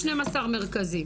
12 מרכזים.